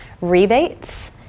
rebates